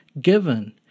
given